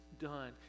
done